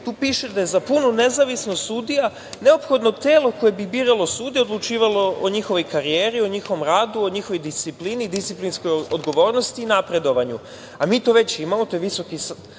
tu piše da je za punu nezavisnost sudija neophodno telo koje bi biralo sudije, odlučivalo o njihovoj karijeri, radu, disciplini, disciplinskoj odgovornosti i napredovanju. Mi to već imamo, to je VSS,